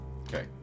Okay